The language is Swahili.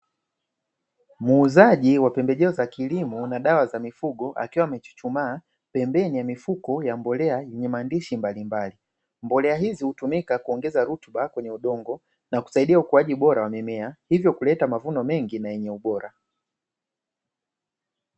Muuzaji wa pembejeo za kilimo na dawa za mifugo akiwa amechuchumaa pembeni ya mifuko ya mbolea yenye maandishi mbalimbali. Mbolea hizi hutumika kuongeza rutuba kwenye udongo na kusaidia ukuaji bora wa mimea hivyo kuleta mavuno mengi na yenye ubora.